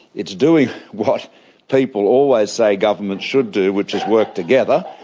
it's doing what people always say governments should do which is work together,